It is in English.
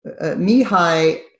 Mihai